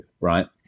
Right